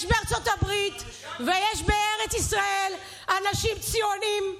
יש בארצות הברית ויש בארץ ישראל אנשים ציונים,